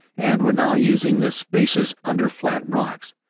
and were now using the spaces under flat rocks,